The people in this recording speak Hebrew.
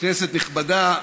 כנסת נכבדה,